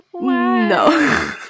No